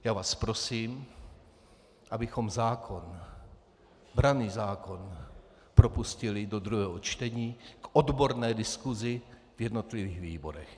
Já vás prosím, abychom zákon, branný zákon propustili do druhého čtení k odborné diskusi v jednotlivých výborech.